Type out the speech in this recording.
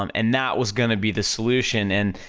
um and that was gonna be the solution, and,